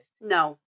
no